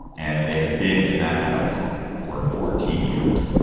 and they have been in that house for fourteen years.